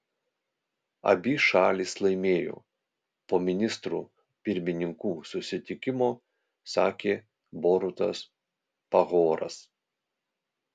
abi šalys laimėjo po ministrų pirmininkų susitikimo sakė borutas pahoras